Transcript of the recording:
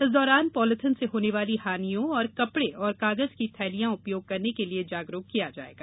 इस दौरान पॉलीथिन से होने वाली हानियों तथा कपड़े और कागज की थैलियां उपयोग करने के लिये जागरूक किया जाएगा